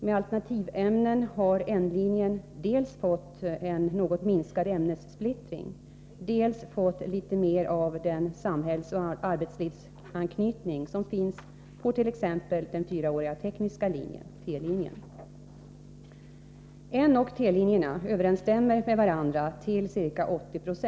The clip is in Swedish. Med alternativämnen har N-linjen dels fått en något minskad ämnessplittring, dels fått litet mer av den samhällsoch arbetslivsanknytning som finns på t.ex. den fyraåriga tekniska linjen . N och T-linjerna överensstämmer med varandra till ca 80 96.